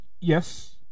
Yes